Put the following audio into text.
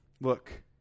look